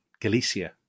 Galicia